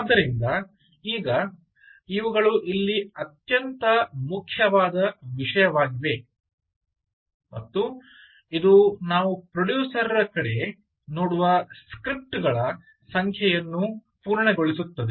ಆದ್ದರಿಂದ ಈಗ ಇವುಗಳು ಇಲ್ಲಿ ಅತ್ಯಂತ ಮುಖ್ಯವಾದ ವಿಷಯವಾಗಿದೆ ಮತ್ತು ಇದು ನಾವು ಪ್ರೊಡ್ಯೂಸರ್ ರ ಕಡೆ ನೋಡುವ ಸ್ಕ್ರಿಪ್ಟ್ ಗಳ ಸಂಖ್ಯೆಯನ್ನು ಪೂರ್ಣಗೊಳಿಸುತ್ತದೆ